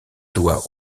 doigts